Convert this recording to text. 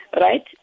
right